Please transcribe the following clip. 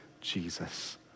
Jesus